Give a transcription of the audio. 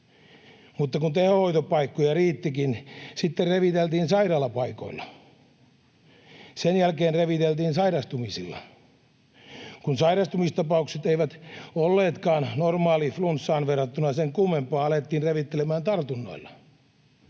Mutta kun tehohoitopaikkoja riittikin, sitten reviteltiin sairaalapaikoilla. Sen jälkeen reviteltiin sairastumisilla. Kun sairastumistapaukset eivät olleetkaan normaaliin flunssaan verrattuna sen kummempaa, alettiin revittelemään tartunnoilla.